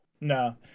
no